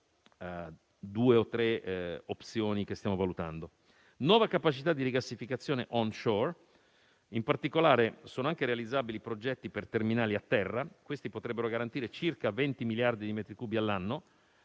due o tre opzioni che stiamo valutando. Nuova capacità di rigassificazione *on-shore*: in particolare, sono anche realizzabili progetti per terminali a terra, che potrebbero garantire circa 20 miliardi di metri cubi all'anno.